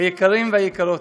היקרים והיקרות,